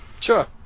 Sure